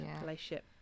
relationship